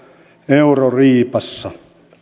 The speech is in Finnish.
euroriipassa